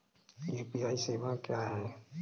UPI सवायें क्या हैं?